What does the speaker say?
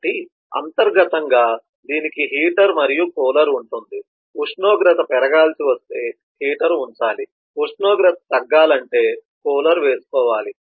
కాబట్టి అంతర్గతంగా దీనికి హీటర్ మరియు కూలర్ ఉంటుంది ఉష్ణోగ్రత పెరగాల్సి వస్తే హీటర్ ఉంచాలి ఉష్ణోగ్రత తగ్గాలంటే కూలర్ వేసుకోవాలి